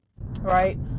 right